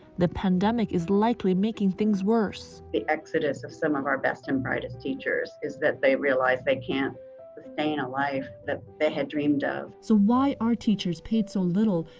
the pandemic is likely making things worse. the exodus of some of our best and brightest teachers is that they realize they can't stay in a life that they had dreamed of. so why are teachers paid so little?